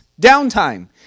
downtime